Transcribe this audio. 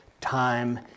time